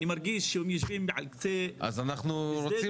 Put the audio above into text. אני מרגיש שהם יושבים על קצה --- אז אנחנו רוצים